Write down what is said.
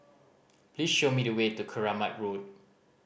please show me the way to Keramat Road